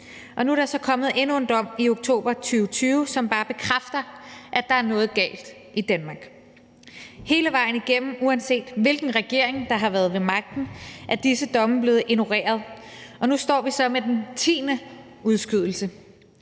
Nu er der så kommet endnu en dom i oktober 2020, som bare bekræfter, at der er noget galt i Danmark. Hele vejen igennem, uanset hvilken regering der har været ved magten, er disse domme blevet ignoreret, og nu står vi så med den tiende udskydelse.